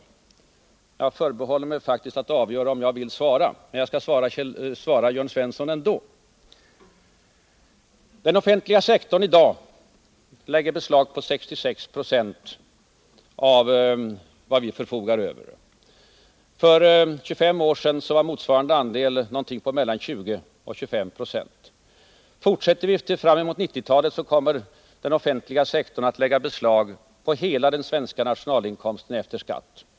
Jag förbehåller mig faktiskt rätten att avgöra om jag vill svara, men jag skall som sagt ändå svara Jörn Svensson. Den offentliga sektorn lägger i dag beslag på 66 Jo av vad vi förfogar över. För 25 år sedan var motsvarande andel mellan 20 och 25 26. Om denna utveckling fortsätter, kommer den offentliga sektorn på 1990-talet att lägga beslag på hela den svenska nationalinkomsten efter skatt.